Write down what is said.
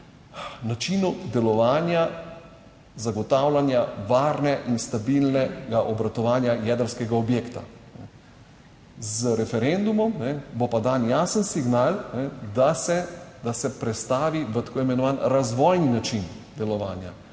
načinu delovanja, zagotavljanja varnega in stabilnega obratovanja jedrskega objekta, z referendumom bo pa dan jasen signal, da se da se prestavi v tako imenovani razvojni način delovanja,